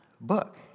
book